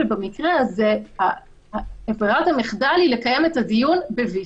שבמקרה הזה ברירת המחדל היא לקיים את הדיון ב-VC,